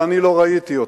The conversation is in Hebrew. שאני לא ראיתי אותה?